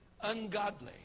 ungodly